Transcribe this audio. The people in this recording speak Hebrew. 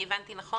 הבנתי נכון?